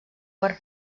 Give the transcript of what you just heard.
per